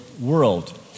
World